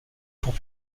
pour